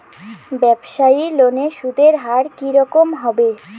ব্যবসায়ী লোনে সুদের হার কি রকম হবে?